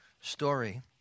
story